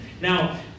Now